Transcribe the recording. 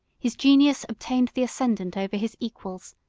his genius obtained the ascendant over his equals,